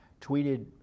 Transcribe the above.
tweeted